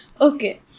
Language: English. Okay